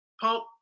pump